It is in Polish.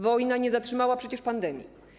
Wojna nie zatrzymała przecież pandemii.